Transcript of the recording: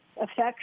affects